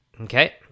Okay